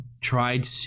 tried